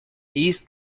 east